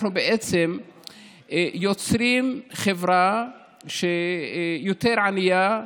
אנחנו בעצם יוצרים חברה שהיא יותר ענייה,